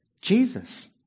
Jesus